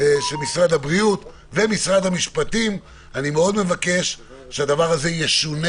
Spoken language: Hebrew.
של משרד הבריאות ומשרד המשפטים, שהדבר הזה ישונה.